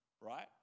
right